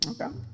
Okay